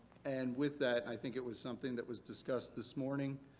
and with that i think it was something that was discussed this morning